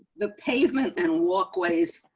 the pavement and walkways.